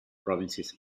provinces